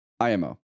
IMO